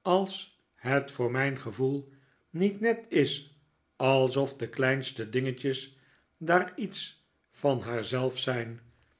als het voor mijn gevoel niet net is alsof de kleinste dingetjes daar iets van haar zelf zijn